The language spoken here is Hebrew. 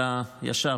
ישב,